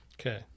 Okay